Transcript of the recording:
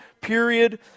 period